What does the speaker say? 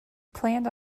planned